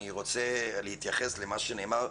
אני רוצה להתייחס למה שנאמר.